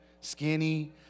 skinny